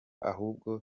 ahubwo